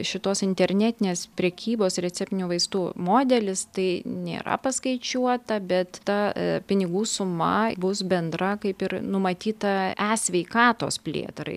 šitos internetinės prekybos receptinių vaistų modelis tai nėra paskaičiuota bet ta pinigų suma bus bendra kaip ir numatyta e sveikatos plėtrai